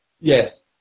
yes